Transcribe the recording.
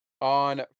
on